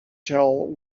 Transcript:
till